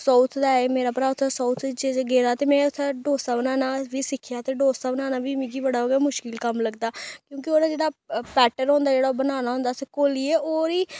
south दा एह् मेरा भ्रा उत्थै साउथ च गेदा ते में उत्थै डोसा बनाना बी सिक्खेआ ते डोसा बनाना बी मिगी बड़ा गै मुश्कल कम्म लगदा क्योंकि ओह्दा जेह्ड़ा बैटर होंदा जेह्ड़ा ओह् बनाना होंदा उस्सी घोलियै ओह्दी